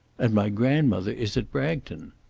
and my grandmother is at bragton.